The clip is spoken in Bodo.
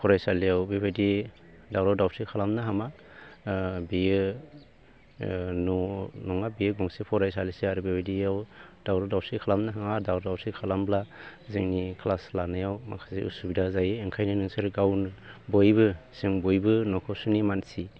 फरायसालियाव बेबायदि दावराव दावसि खालामनो हामा बियो न' नङा बेयो गंसे फरायसालिसो आरो बेबायदियाव दावराव दावसि खालामनो हामा दावराव दावसि खालामब्ला जोंनि क्लास लानायाव माखासे असुबिदा जायो ओंखायनो नोंसोर गाव बयबो जों बयबो न'खरसेनि मानसि